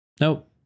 Nope